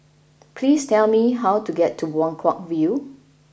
please tell me how to get to Buangkok View